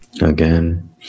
Again